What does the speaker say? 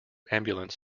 ambulance